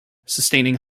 sustaining